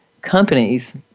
companies